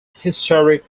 historic